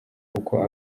uko